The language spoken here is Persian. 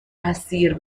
اسیر